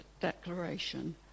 declaration